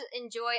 enjoy